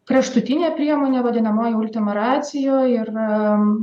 kraštutinė priemonė vadinamoji ultima racijo ir